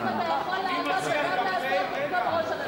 בעצם אתה יכול לעמוד וגם לעשות במקום ראש הממשלה.